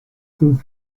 sus